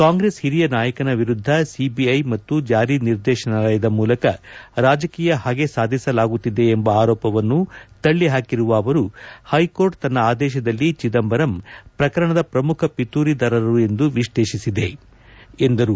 ಕಾಂಗ್ರೆಸ್ ಹಿರಿಯ ನಾಯಕನ ವಿರುದ್ಧ ಸಿಬಿಐ ಮತ್ತು ಜಾರಿ ನಿರ್ದೇಶನಾಲಯದ ಮೂಲಕ ರಾಜಕೀಯ ಹಗೆ ಸಾಧಿಸಲಾಗುತ್ತಿದೆ ಎಂಬ ಆರೋಪವನ್ನು ತಳ್ಳಿಹಾಕಿರುವ ಅವರು ಹೈಕೋರ್ಟ್ ತನ್ನ ಆದೇಶದಲ್ಲಿ ಚಿದಂಬರಂ ಪ್ರಕರಣದ ಪ್ರಮುಖ ಪಿತೂರಿದಾರರು ಎಂದು ವಿಶ್ತೇಷಿಸಿದೆ ಎಂದರು